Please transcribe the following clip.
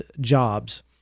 jobs